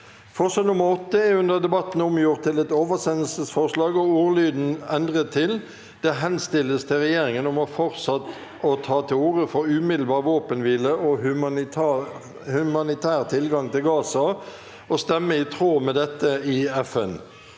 Forslag nr. 8 er under debatten omgjort til et oversendelsesforslag, og ordlyden er endret til: «Det henstilles til regjeringen om fortsatt å ta til orde for umiddelbar våpenhvile og humanitær tilgang til Gaza, og stemme i tråd med dette i FN.»